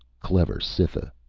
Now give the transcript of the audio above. clever cytha,